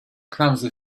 clumsy